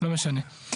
לא משנה.